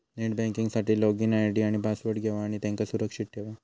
net banking साठी login ID आणि password घेवा आणि त्यांका सुरक्षित ठेवा